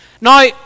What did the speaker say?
Now